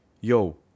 yo